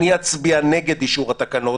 אני אצביע נגד אישור התקנות,